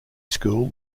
school